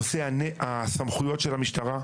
נושא הסמכויות של המשטרה.